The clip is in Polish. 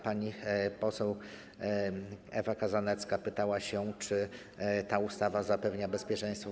Pani poseł Ewa Kozanecka pytała, czy ta ustawa zapewnia bezpieczeństwo.